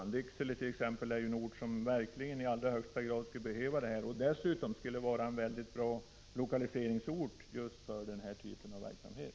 dm a RENEE Lycksele är t.ex. en ort som verkligen i allra högsta grad skulle behöva dessa arbetstillfällen och skulle dessutom vara en bra lokaliseringsort för den här typen av verksamhet.